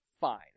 fine